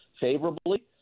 favorably